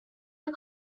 jak